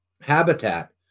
habitat